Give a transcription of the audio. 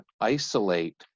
isolate